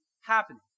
happening